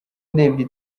ndebye